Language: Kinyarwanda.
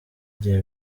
gihe